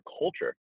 culture